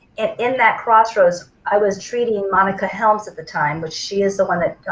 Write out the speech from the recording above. and in that crossroads i was treating monica helms at the time which she is the one that